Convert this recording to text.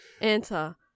enter